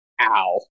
Ow